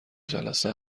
جلسه